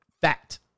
fact